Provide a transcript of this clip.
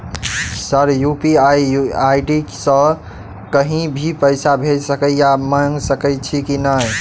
Sir UPI ID सँ कहि भी पैसा भेजि सकै या मंगा सकै छी की न ई?